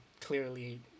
clearly